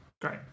Great